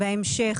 בהמשך,